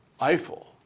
Eiffel